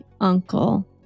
uncle